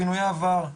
פינויי עבר,